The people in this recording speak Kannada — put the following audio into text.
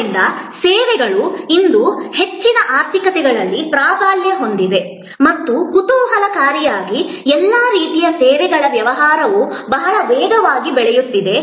ಆದ್ದರಿಂದ ಸೇವೆಗಳು ಇಂದು ಹೆಚ್ಚಿನ ಆರ್ಥಿಕತೆಗಳಲ್ಲಿ ಪ್ರಾಬಲ್ಯ ಹೊಂದಿವೆ ಮತ್ತು ಕುತೂಹಲಕಾರಿಯಾಗಿ ಎಲ್ಲಾ ರೀತಿಯ ಸೇವೆಗಳ ವ್ಯವಹಾರವು ಬಹಳ ವೇಗವಾಗಿ ಬೆಳೆಯುತ್ತಿದೆ